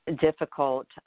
difficult